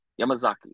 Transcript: Yamazaki